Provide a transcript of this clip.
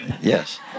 yes